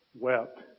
wept